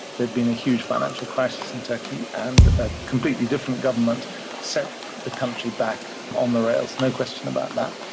there'd been a huge financial crisis in turkey and a completely different government set the country back on the rails, no question about that.